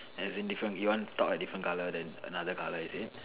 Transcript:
as in different you want top a different colour then another colour is it